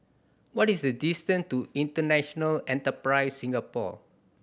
what is the distance to International Enterprise Singapore